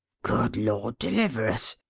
good lord, deliver us!